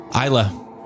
Isla